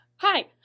Hi